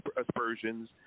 aspersions